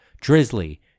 Drizzly